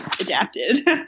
adapted